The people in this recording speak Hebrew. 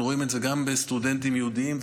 אנחנו רואים את זה גם אצל סטודנטים יהודים,